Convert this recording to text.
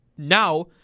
Now